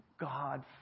God